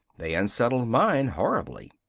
they unsettled mine horribly.